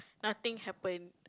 nothing happened